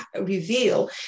reveal